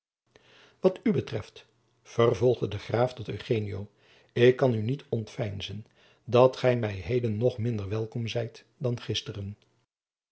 wat u betreft vervolgde de graaf tot eugenio ik kan u niet ontveinzen dat gij mij heden nog minder welkom zijt dan gisteren